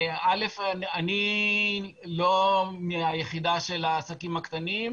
אני לא מהיחידה של העסקים הקטנים.